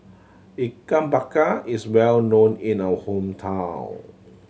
Ikan Bakar is well known in my hometown